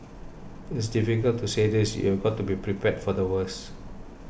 it's difficult to say this you've got to be prepared for the worst